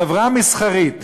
חברה מסחרית